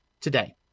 today